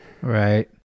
Right